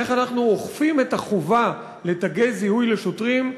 איך אנחנו אוכפים את החובה של תגי זיהוי לשוטרים,